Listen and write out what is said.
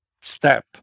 step